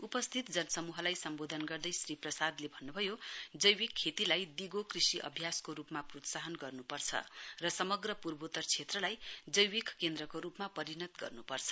उपस्थित जनसमूहलाई सम्बोधन गर्दै श्री प्रसादले भन्नुभयो जैविक खेतीलाई दिगो कृषि अभ्यासको रूपमा प्रोत्साहन गर्नुपर्छ र समग्र पूर्वोत्तर क्षेत्रलाई जैविक केन्द्रको रूपमा परिणत गर्नुपर्छ